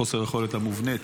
חוסר היכולת המובנית